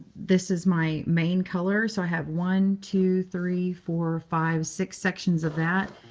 this is my main color. so i have one, two, three, four, five, six sections of that.